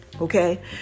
okay